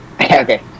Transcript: Okay